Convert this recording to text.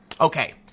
Okay